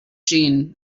jeanne